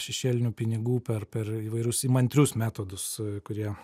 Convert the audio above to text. šešėlinių pinigų per per įvairius įmantrius metodus kurie